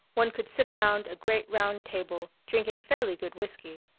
one could sit around a great round table drinking fairly good whiskey.